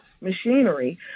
machinery